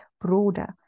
broader